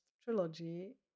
trilogy